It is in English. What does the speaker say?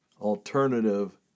alternative